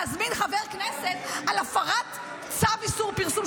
להזמין חבר כנסת על הפרת צו איסור פרסום,